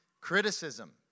criticism